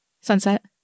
Sunset